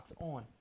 on